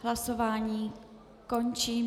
Hlasování končím.